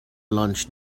lunch